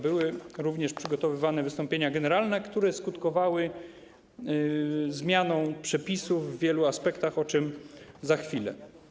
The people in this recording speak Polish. Były również przygotowywane wystąpienia generalne, które skutkowały zmianą przepisów w wielu aspektach, o czym za chwilę.